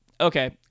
Okay